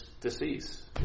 disease